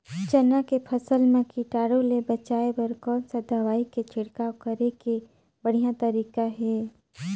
चाना के फसल मा कीटाणु ले बचाय बर कोन सा दवाई के छिड़काव करे के बढ़िया तरीका हे?